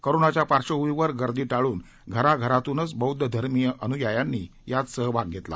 कोरोनाच्या पार्श्वभूमीवर गर्दी टाळून घराघरातूनच बौध्दधर्मीय अनुयायांनी यात सहभाग घेतला